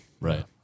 Right